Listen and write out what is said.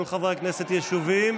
כל חברי הכנסת ישובים?